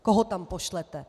Koho tam pošlete?